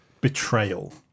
betrayal